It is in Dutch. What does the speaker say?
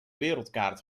wereldkaart